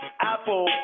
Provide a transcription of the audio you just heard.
apple